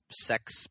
sex